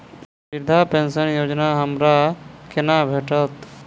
वृद्धा पेंशन योजना हमरा केना भेटत?